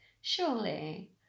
Surely